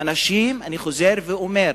ואנשים, אני חוזר ואומר,